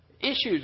issues